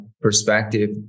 perspective